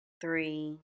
three